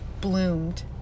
bloomed